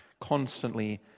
constantly